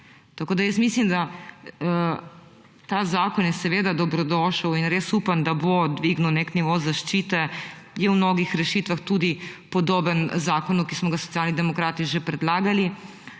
živali. Mislim, da ta zakon je seveda dobrodošel, in res upam, da bo dvignil nek nivo zaščite, je v mnogih rešitvah tudi podoben zakonu, ki smo ga Socialni demokrati že predlagali,